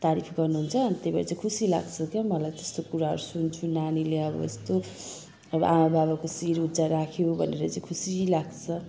तारिफ गर्नुहुन्छ अनि त्यही भएर चाहिँ खुसी लाग्छ के मलाई त्यस्तो कुराहरू सुन्छु नानीले अब यस्तो अब आमाबाबाको शिर उचा राख्यो भनेर चाहिँ खुसी लाग्छ